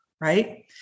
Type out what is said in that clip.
right